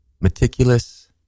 meticulous